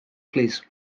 plîs